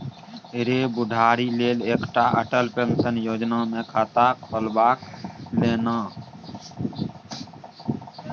रे बुढ़ारी लेल एकटा अटल पेंशन योजना मे खाता खोलबाए ले ना